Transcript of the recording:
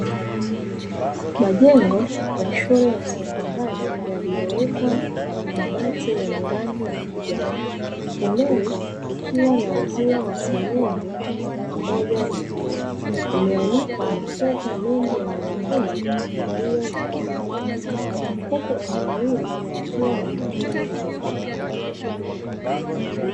Majengo ya shule ya sekondari yaliyowekwa mabati yenye rangi ya kijani, pembeni kukiwa na uzio wa senyenge pamoja na vyuma. Kumeanikwa masweta mengi ya wanafunzi yaliyo na rangi ya bluu, huku eneo hilo likiwa na majani mafupi.